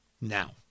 Now